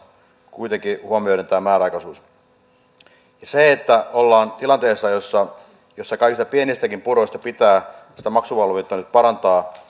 kuitenkin huomioiden tämä määräaikaisuus kun ollaan tilanteessa jossa jossa kaikista pienistäkin puroista pitää sitä maksuvalmiutta nyt parantaa